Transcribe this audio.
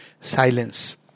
silence